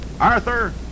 Arthur